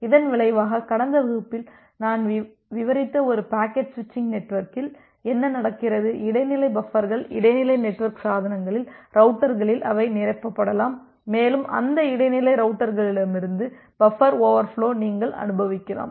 இதன் விளைவாக கடந்த வகுப்பில் நான் விவரித்த ஒரு பாக்கெட் ஸ்விச்சிங் நெட்வொர்க்கில் என்ன நடக்கிறது இடைநிலை பஃபர்கள் இடைநிலை நெட்வொர்க் சாதனங்களில் ரௌட்டர்களில் அவை நிரப்பப்படலாம் மேலும் அந்த இடைநிலை ரௌட்டர்கலிருந்து பஃபர் ஓவர்ஃபோலோ நீங்கள் அனுபவிக்கலாம்